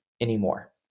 anymore